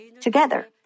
together